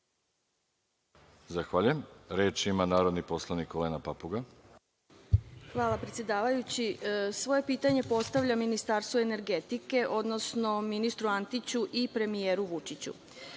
Zahvaljujem. Reč ima narodni poslanik Olena Papuga. **Olena Papuga** Hvala, predsedavajući. Svoje pitanje postavljam Ministarstvu energetike, odnosno ministru Antiću i premijeru